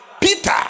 Peter